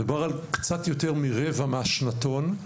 מדובר על קצת יותר מרבע מהשנתון.